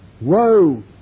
Woe